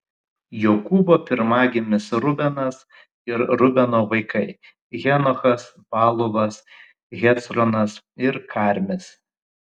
jokūbo pirmagimis rubenas ir rubeno vaikai henochas paluvas hecronas ir karmis